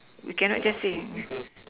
we cannot just say